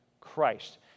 Christ